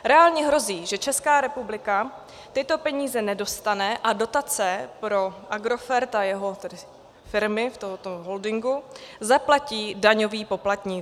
Reálně hrozí, že Česká republika tyto peníze nedostane a dotace pro Agrofert a firmy tohoto holdingu zaplatí daňoví poplatníci.